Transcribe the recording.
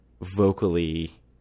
vocally